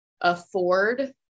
afford